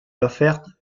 offerte